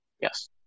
Yes